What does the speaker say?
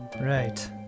right